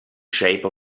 shape